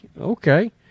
Okay